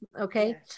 Okay